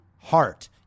heart